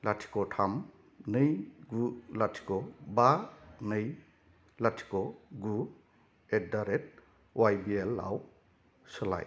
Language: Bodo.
लाथिख' थाम नै गु लाथिख' बा नै लाथिख' गु एडडारेट वाइ बि एल आव सोलाय